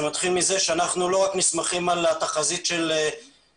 זה מתחיל מזה שאנחנו לא רק נסמכים על התחזית של המדינה,